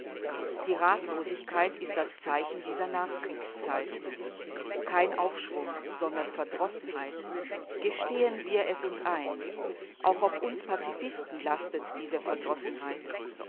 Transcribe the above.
die ratlosigkeit ist das zeichen dieser nachkriegszeit kein aufschwung sondern verdrossenheit gestehen wir es uns ein auch auf uns pazifisten lastet diese verdrossenheit